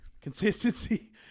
Consistency